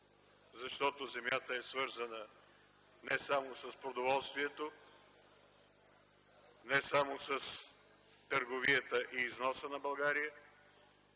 защото земята е свързана не само с продоволствието, не само с търговията и износа на България,